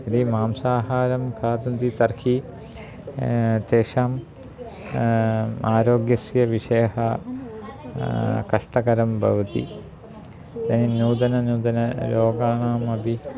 यदि मांसाहारं खादन्ति तर्हि तेषाम् आरोग्यस्य विषयः कष्टकरं भवति नूतन नूतन रोगानाम् अपि